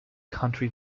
country